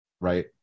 Right